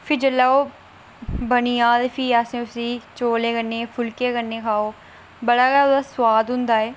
फ्ही जेल्लै ओह् बनी जा ते ओल्लै अस उसी चौलें कन्नै फुल्कें कन्नै खाओ बड़ा गै ओहदा सुआद औंदा ऐ